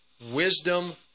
wisdom